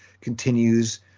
continues